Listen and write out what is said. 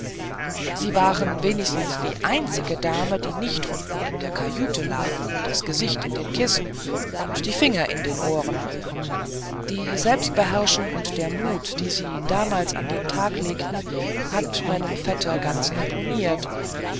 sie waren wenigstens die einzige dame die nicht unten in der kajüte lag das gesicht in den kissen und die finger in den ohren die selbstbeherrschung und der mut die sie damals an den tag legten hat meinem vetter ganz imponiert